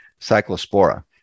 Cyclospora